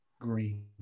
green